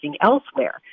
elsewhere